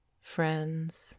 friends